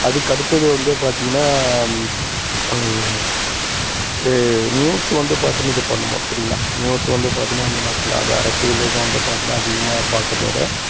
அதுக்கு அடுத்தது வந்து பார்த்திங்கன்னா நியூஸ் வந்து பார்த்தினா இது பண்ணுவோம் சரிங்களா நியூஸ் வந்து பார்த்தினா நம்ம என்ன சொல்லலாம் அது அரசியல் இதுவும் வந்து பார்த்தினா அதிகமாக பார்க்குறதோட